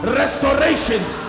restorations